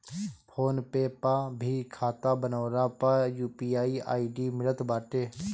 phone पे पअ भी खाता बनवला पअ यू.पी.आई आई.डी मिलत बाटे